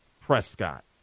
Prescott